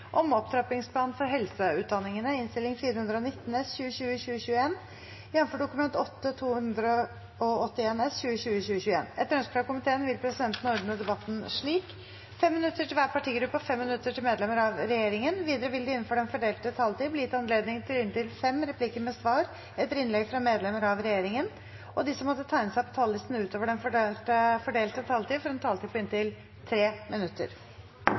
om ordet til sakene nr. 5–7. Etter ønske fra komiteen vil presidenten ordne debatten slik: 3 minutter til hver partigruppe og 3 minutter til medlemmer av regjeringen. Videre vil det – innenfor den fordelte taletid – bli gitt anledning til inntil fem replikker med svar etter innlegg fra medlemmer av regjeringen, og de som måtte tegne seg på talerlisten utover den fordelte taletid, får også en taletid på inntil 3 minutter.